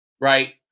right